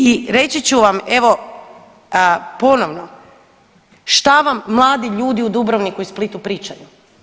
I reći ću vam evo ponovno šta vam mladi ljudi u Dubrovniku i Splitu pričaju.